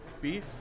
beef